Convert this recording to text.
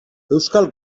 euskal